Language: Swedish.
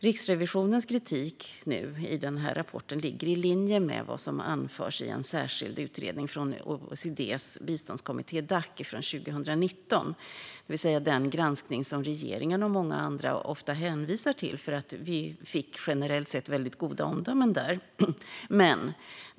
Riksrevisionens kritik i den rapport vi nu debatterar ligger i linje med vad som anförs i en särskild utredning från OECD:s biståndskommitté Dac från 2019, det vill säga den granskning som regeringen och många andra gärna hänvisar till, eftersom vi generellt sett fick väldigt goda omdömen där.